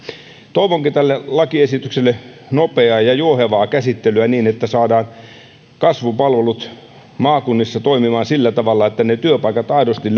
toivonkin tälle lakiesitykselle nopeaa ja juohevaa käsittelyä niin että saadaan kasvupalvelut maakunnissa toimimaan sillä tavalla että työpaikkoihin aidosti